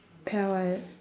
pal right